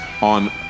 on